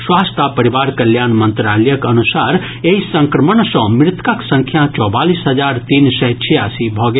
स्वास्थ्य आ परिवार कल्याण मंत्रालयक अनुसार एहि संक्रमण सॅ मृतकक संख्या चौवालीस हजार तीन सय छियासी भऽ गेल